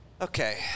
Okay